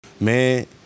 man